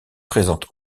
présente